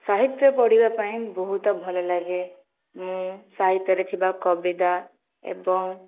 ସାହିତ୍ୟ ପଢ଼ିବା ପାଇଁ ବହୁତ ଭଲ ଲାଗେ ମୁଁ ସାହିତ୍ୟରେ ଥିବା କବିତା ଏବଂ